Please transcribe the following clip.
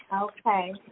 Okay